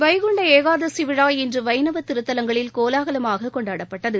வைகுண்ட ஏகாதசி விழா இன்று வைணவத் திருத்தலங்களில் கோலாகலமாக கொண்டாடப்பட்டது